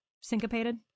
syncopated